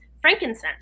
frankincense